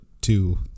two